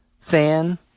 fan